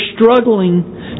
struggling